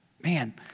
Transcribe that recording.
man